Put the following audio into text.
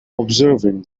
observing